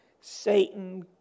Satan